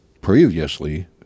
previously